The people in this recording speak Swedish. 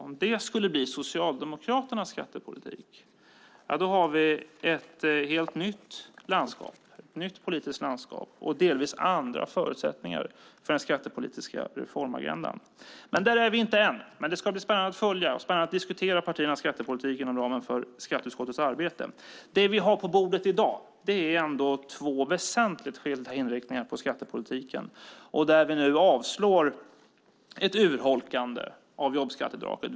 Om det skulle bli Socialdemokraternas skattepolitik har vi ett nytt politiskt landskap och delvis andra förutsättningar för den skattepolitiska reformagendan. Där är vi inte än, men det ska bli spännande att följa och diskutera partiernas skattepolitik inom ramen för skatteutskottets arbete. Det vi har på bordet i dag är två väsentligt skilda inriktningar på skattepolitiken. Vi avslår ett urholkande av jobbskatteavdraget.